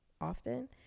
often